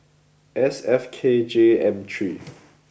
S F K J M three